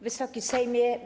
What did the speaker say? Wysoki Sejmie!